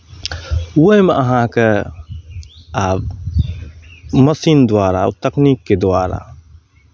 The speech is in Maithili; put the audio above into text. ओहिमे अहाँकेँ आब मशीन द्वारा तकनीकके द्वारा